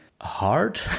hard